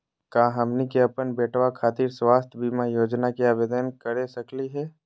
का हमनी के अपन बेटवा खातिर स्वास्थ्य बीमा योजना के आवेदन करे सकली हे?